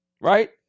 right